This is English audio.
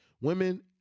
Women